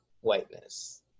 whiteness